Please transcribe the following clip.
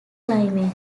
climate